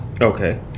Okay